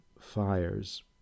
fires